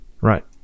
right